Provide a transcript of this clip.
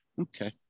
okay